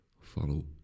Follow